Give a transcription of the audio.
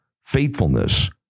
faithfulness